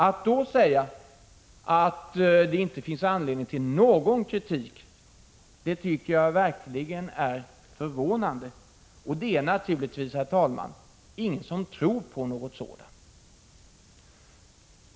Att då säga att det inte finns anledning till någon kritik tycker jag verkligen är förvånande — och det är naturligtvis, herr talman, ingen som tror på detta.